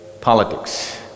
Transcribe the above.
politics